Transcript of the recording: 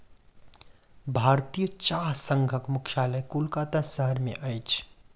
भारतीय चाह संघक मुख्यालय कोलकाता शहर में अछि